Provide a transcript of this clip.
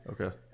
Okay